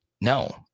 No